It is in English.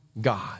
God